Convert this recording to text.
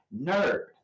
nerd